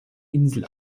insel